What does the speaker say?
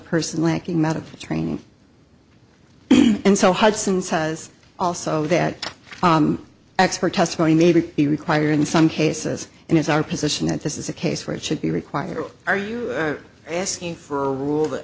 person lacking that of training and so hudsons has also that expert testimony maybe he required in some cases and it's our position that this is a case where it should be required or are you asking for a rule that